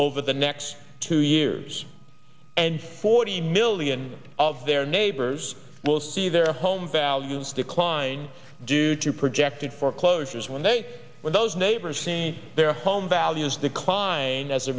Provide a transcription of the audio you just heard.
over the next two years and forty million of their neighbors will see their home values decline due to projected foreclosures when they when those neighbors see their home values decline as a